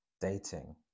dating